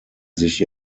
sich